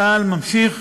צה"ל ממשיך